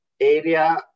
area